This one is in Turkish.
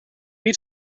bir